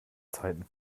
zeiten